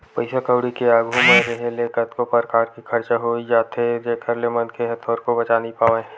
पइसा कउड़ी के आघू म रेहे ले कतको परकार के खरचा होई जाथे जेखर ले मनखे ह थोरको बचा नइ पावय